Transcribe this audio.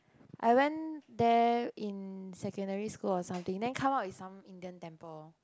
I went there in secondary school or something then come out is some Indian temple